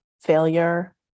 failure